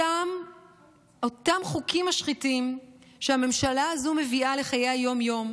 אותם חוקים משחיתים שהממשלה הזאת מביאה לחיי היום-יום,